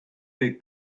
big